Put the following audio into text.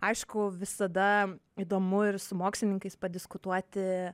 aišku visada įdomu ir su mokslininkais padiskutuoti